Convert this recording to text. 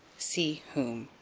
see whom.